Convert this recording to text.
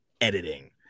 editing